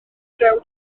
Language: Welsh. llew